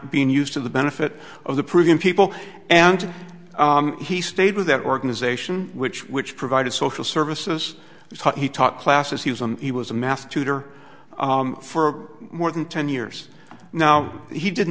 being used to the benefit of the program people and he stayed with that organization which which provided social services he taught classes he was on he was a math tutor for more than ten years now he did